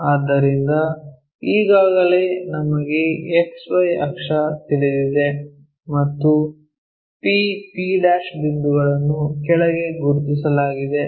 ಆದ್ದರಿಂದ ಈಗಾಗಲೇ ನಮಗೆ XY ಅಕ್ಷ ತಿಳಿದಿದೆ ಮತ್ತು p p ಬಿಂದುಗಳನ್ನು ಕೆಳಗೆ ಗುರುತಿಸಲಾಗಿದೆ